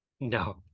no